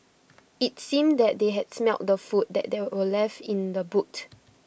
IT seemed that they had smelt the food that were left in the boot